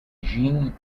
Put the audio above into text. jean